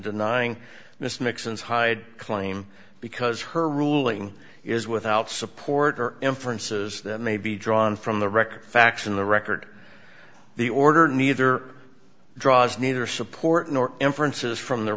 denying miss nixon's hide claim because her ruling is without support or inferences that may be drawn from the record facts in the record the order neither draws neither support nor inferences from the